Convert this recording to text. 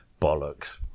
Bollocks